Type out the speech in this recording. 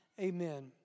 Amen